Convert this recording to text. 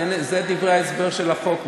אלה דברי ההסבר של החוק,